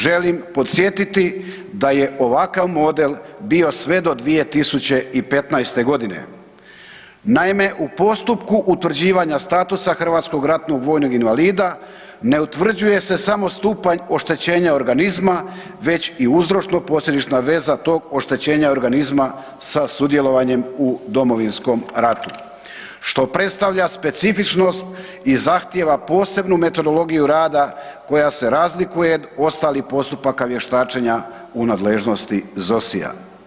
Želim podsjetiti da je ovakav model bio sve do 2015. g. Naime, u postupku utvrđivanja statusa HRVI-a ne utvrđuje se samo stupanj oštećenja organizma, već i uzročno-posljedična veza tog oštećenja organizma sa sudjelovanjem u Domovinskom ratu, što predstavlja specifičnosti i zahtjeva posebnu metodologiju rada koja se razlikuje od ostalih postupaka vještačenja u nadležnosti ZOSI-ja.